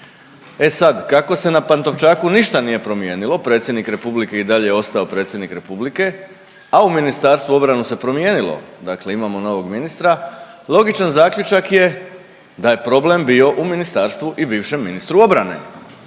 E sad, kako se na Pantovčaku ništa nije promijenilo, Predsjednik Republike i dalje je ostao Predsjednik Republike, a u Ministarstvu obrane se promijenilo, dakle imamo novog ministra, logičan zaključak je da je problem bio u ministarstvu i bivšem ministru obrane